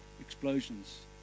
Explosions